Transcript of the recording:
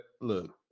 look